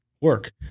work